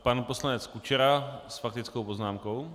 Pan poslanec Kučera s faktickou poznámkou.